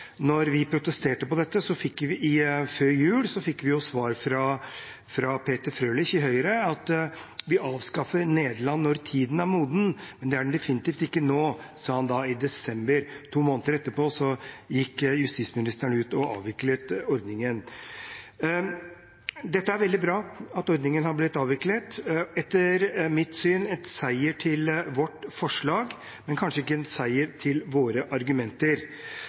når tiden er moden, men det er den definitivt ikke nå». Det sa han i desember. To måneder etterpå gikk justisministeren ut og avviklet ordningen. Det er veldig bra at ordningen er blitt avviklet. Etter mitt syn er det en seier for vårt forslag, men kanskje ikke en seier for våre argumenter.